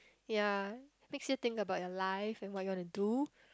ya makes you think about your life and what you want to do